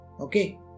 Okay